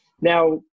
Now